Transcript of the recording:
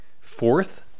fourth